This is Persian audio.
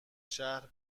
شهر